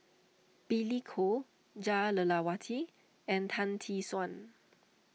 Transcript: Billy Koh Jah Lelawati and Tan Tee Suan